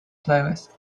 playlist